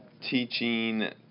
teaching